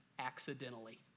accidentally